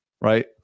right